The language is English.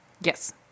Yes